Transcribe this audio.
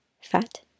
fat